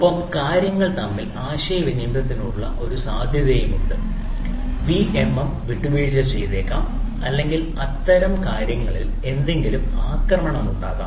ഒപ്പം കാര്യങ്ങൾ തമ്മിൽ ആശയവിനിമയത്തിനുള്ള ഒരു സാധ്യതയുമുണ്ട് വിഎംഎം വിട്ടുവീഴ്ച ചെയ്തേക്കാം അല്ലെങ്കിൽ അത്തരം കാര്യങ്ങളിൽ എന്തെങ്കിലും ആക്രമണമുണ്ടാകാം